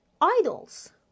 idols